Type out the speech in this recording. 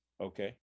Okay